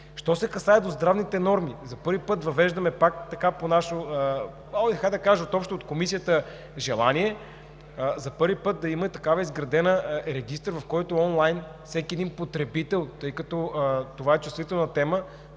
Що се касае до здравните норми, за първи път въвеждаме пак по наше общо от Комисията желание да има и такъв изграден регистър, в който онлайн всеки един потребител, тъй като това е чувствителна тема,